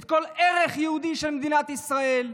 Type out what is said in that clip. כל ערך יהודי של מדינת ישראל,